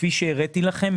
כפי שהראיתי לכם,